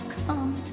come